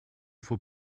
faut